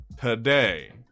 Today